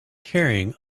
carrying